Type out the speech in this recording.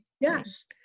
Yes